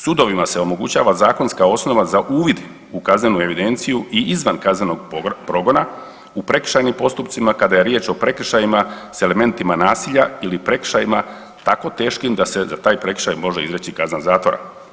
Sudovima se omogućava zakonska osnova za uvid u kaznenu evidenciju i izvan kaznenog progona u prekršajnim postupcima kada je riječ o prekršajima s elementima nasilja ili prekršajima tako teškim da se za taj prekršaj može izreći kazna zatvora.